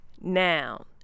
noun